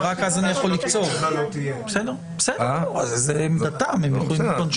השאלה היא אם אין פה איזושהי אמירה נורמטיבית חשובה בחוק העונשין